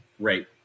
right